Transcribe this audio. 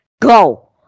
go